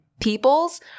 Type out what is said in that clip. peoples